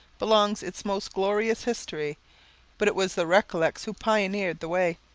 belongs its most glorious history but it was the recollets who pioneered the way.